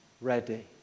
ready